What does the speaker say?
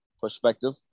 perspective